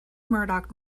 murdoch